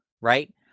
Right